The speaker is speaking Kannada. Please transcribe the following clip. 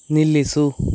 ನಿಲ್ಲಿಸು